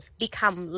become